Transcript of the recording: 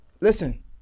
listen